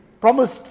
promised